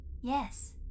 yes